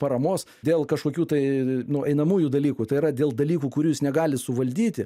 paramos dėl kažkokių tai nu einamųjų dalykų tai yra dėl dalykų kurių jis negali suvaldyti